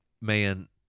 man